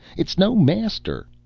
it's no master.